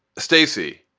stacey,